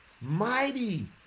mighty